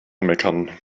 meckern